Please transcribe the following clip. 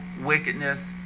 wickedness